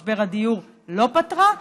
את משבר הדיור לא פתרה,